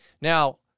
Now